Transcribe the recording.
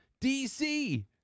DC